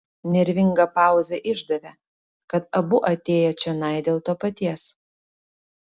nervinga pauzė išdavė kad abu atėję čionai dėl to paties